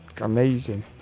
amazing